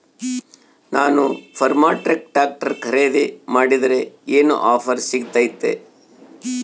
ನಾನು Farmtrac tractor ಖರೇದಿ ಮಾಡಿದ್ರೆ ಏನು ಆಫರ್ ಸಿಗ್ತೈತಿ?